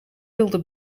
wilde